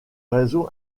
réseau